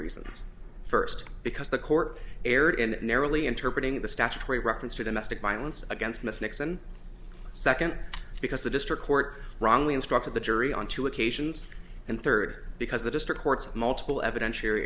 reasons first because the court erred in narrowly interpreting the statutory reference to domestic violence against miss nixon second because the district court wrongly instructed the jury on two occasions and third because the district court's multiple eviden